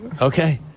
okay